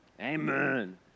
Amen